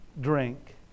drink